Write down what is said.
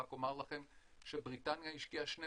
רק אומר לכם שבריטניה השקיעה 12